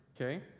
okay